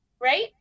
right